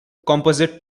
composite